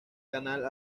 canal